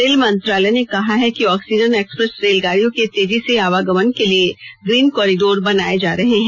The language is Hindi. रेल मंत्रालय ने कहा है कि ऑक्सीजन एक्सप्रेस रेलगाडियों के तेजी से आवागमन के लिए ग्रीन कॉरिडोर बनाए जा रहे हैं